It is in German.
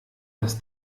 dass